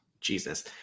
Jesus